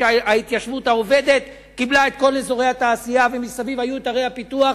שההתיישבות העובדת קיבלה את כל אזורי התעשייה ומסביב היו ערי הפיתוח,